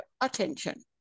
attention